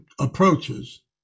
approaches